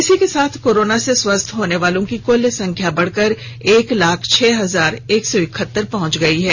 इसी के साथ कोरोना से स्वस्थ होनेवालों की कुल संख्या बढ़कर एक लाख छह हजार एक सौ इकहतर पहुंच गई है